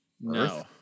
no